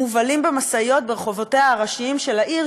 מובלים במשאיות ברחובותיה הראשיים של העיר,